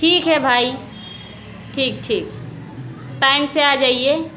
ठीक है भाई ठीक ठीक टाइम से आ जाइए